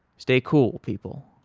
stay cool, people.